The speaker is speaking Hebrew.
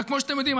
וכמו שאתם יודעים,